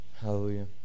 Hallelujah